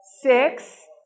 six